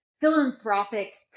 philanthropic